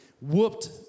whooped